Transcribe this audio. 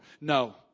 No